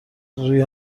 روی